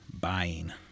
buying